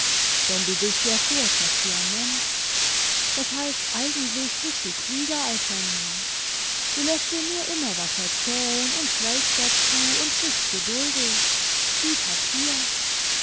denn du bist ja so etwas wie ein mensch d h eigentlich bist du klüger als ein mensch du läßt dir nur immer was erzählen und schweigst dazu und bist geduldig wie papier